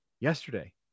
yesterday